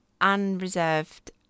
unreserved